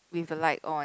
with the light on